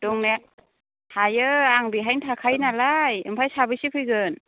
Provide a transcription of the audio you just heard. दंनाया थायो आं बेहायनो थाखायो नालाय ओमफ्राय साबैसे फैगोन